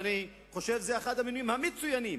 שאני חושב שזה אחד המינויים המצוינים,